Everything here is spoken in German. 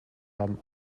haben